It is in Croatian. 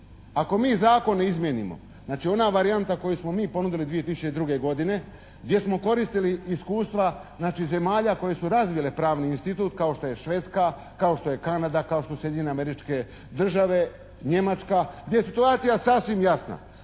Ako mi zakon ne izmijenimo znači ona varijanta koju smo mi ponudili 2002. godine gdje smo koristili iskustva znači zemalja koje su razvile pravni institut kao što je Švedska, kao što je Kanada, kao što su Sjedinjene Američke Države, Njemačka, gdje je situacija sasvim jasna.